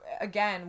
again